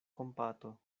kompato